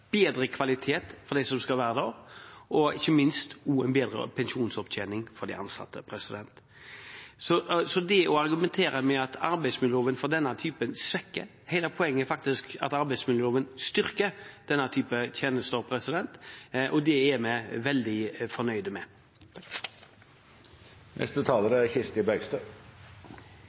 bedre kvalitet på dem som skal være der, og ikke minst bedre pensjonsopptjening for de ansatte. Så hvorfor argumentere med at arbeidsmiljøloven svekker denne typen tjenester? Hele poenget er faktisk at arbeidsmiljøloven styrker denne typen tjenester. Det er vi veldig fornøyd med.